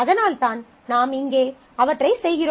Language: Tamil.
அதனால்தான் நாம் இங்கே அவற்றைச் செய்கிறோம்